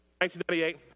1998